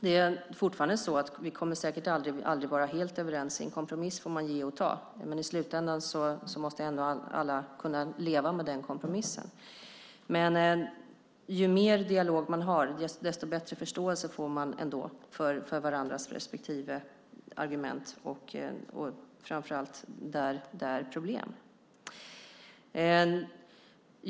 Det är fortfarande så att vi säkert aldrig kommer att vara helt överens. I en kompromiss får man ge och ta, men i slutändan måste ändå alla kunna leva med den kompromissen. Men ju mer dialog man har, desto bättre förståelse får man för varandras respektive argument och framför allt problem.